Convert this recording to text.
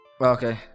Okay